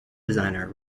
designer